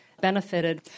benefited